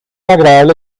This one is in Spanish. agradable